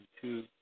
two